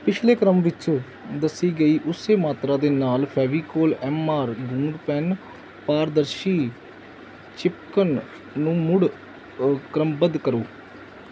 ਪਿਛਲੇ ਕ੍ਰਮ ਵਿੱਚ ਦੱਸੀ ਗਈ ਉਸੇ ਮਾਤਰਾ ਦੇ ਨਾਲ ਫੇਵੀਕੋਲ ਐਮ ਆਰ ਗੂੰਦ ਪੈੱਨ ਪਾਰਦਰਸ਼ੀ ਚਿਪਕਣ ਨੂੰ ਮੁੜ ਕ੍ਰਮਬੱਧ ਕਰੋ